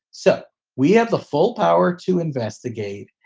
so we have the full power to investigate.